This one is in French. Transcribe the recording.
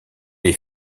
est